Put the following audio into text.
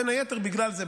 בין היתר בגלל זה,